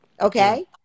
Okay